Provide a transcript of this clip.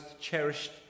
cherished